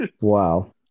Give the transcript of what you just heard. Wow